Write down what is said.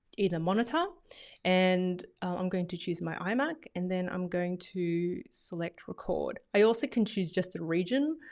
either monitor and i'm going to choose my imac and then i'm going to select record. i also can choose just a region,